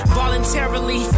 voluntarily